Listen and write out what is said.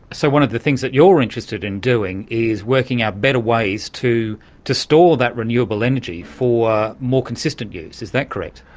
so one of the things that you're interested in doing is working out better ways to to store that renewable energy for more consistent use, is that correct?